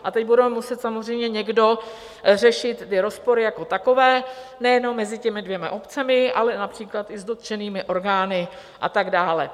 A teď bude muset samozřejmě někdo řešit ty rozpory jako takové, nejenom mezi těmi dvěma obcemi, ale například i s dotčenými orgány a tak dále.